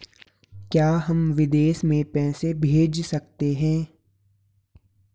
क्या हम विदेश में पैसे भेज सकते हैं?